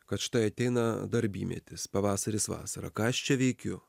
kad štai ateina darbymetis pavasaris vasara ką aš čia veikiu